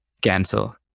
cancel